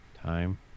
time